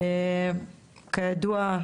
כידוע,